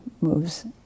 moves